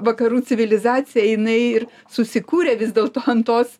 vakarų civilizacija jinai ir susikūrė vis dėlto an tos